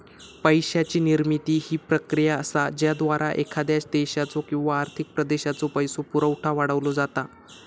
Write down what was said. पैशाची निर्मिती ही प्रक्रिया असा ज्याद्वारा एखाद्या देशाचो किंवा आर्थिक प्रदेशाचो पैसो पुरवठा वाढवलो जाता